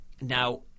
Now